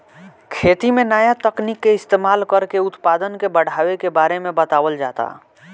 खेती में नया तकनीक के इस्तमाल कर के उत्पदान के बढ़ावे के बारे में बतावल जाता